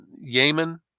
Yemen